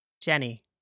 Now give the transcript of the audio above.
Jenny